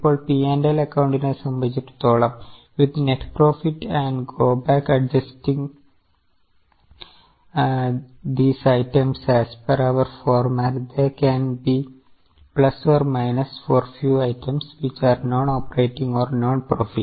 ഇപ്പോൾ P and L അക്കൌണ്ടിനെ സംബന്ധിച്ചിടത്തോളം with net profit and go back adjusting these items as per our format they can be plus or minus for few items which are non operating or non profit